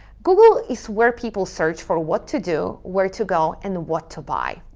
google is where people search for what to do, where to go, and what to buy.